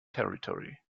territory